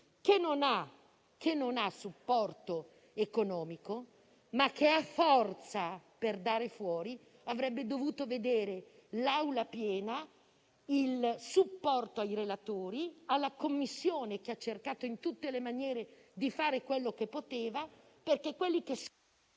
che non ha supporto economico, ma che ha forza per dare fuori, avrebbe dovuto vedere l'Aula piena, il sostegno ai relatori e alla Commissione, che ha cercato in tutte le maniere di fare quello che poteva, perché quelli che...